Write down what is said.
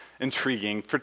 Intriguing